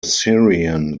syrian